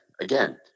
again